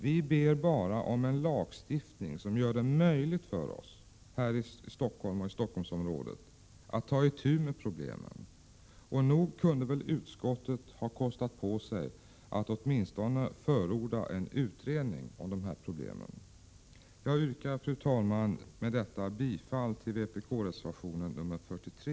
Vi ber bara om en lagstiftning som gör det möjligt för oss här i Stockholmsområdet att ta itu med problemen. Nog kunde väl utskottet ha kostat på sig att åtminstone förorda en utredning om problemen. Jag yrkar, fru talman, med detta bifall till vpk-reservation nr 43.